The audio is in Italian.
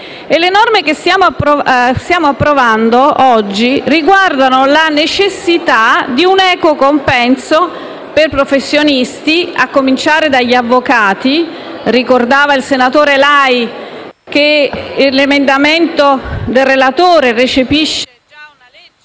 Le norme che stiamo approvando oggi riguardano la necessità di un equo compenso per i professionisti, a cominciare dagli avvocati. Ricordava il senatore Lai che l'emendamento del relatore recepisce già una legge